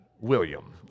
William